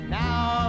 now